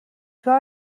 کار